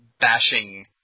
bashing